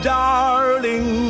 darling